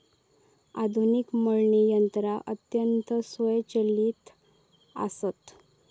आधुनिक मळणी यंत्रा अत्यंत स्वयंचलित आसत